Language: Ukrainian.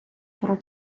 про